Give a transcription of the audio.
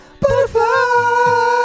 Butterfly